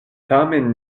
tamen